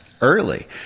early